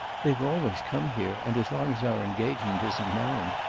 they've always come here, and as long as our engagement isn't known,